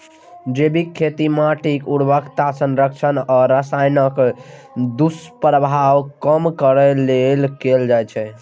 जैविक खेती माटिक उर्वरता संरक्षण आ रसायनक दुष्प्रभाव कम करै लेल कैल जाइ छै